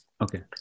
Okay